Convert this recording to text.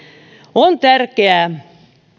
on tärkeää